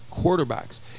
quarterbacks